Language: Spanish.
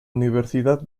universidad